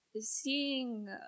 seeing